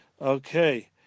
Okay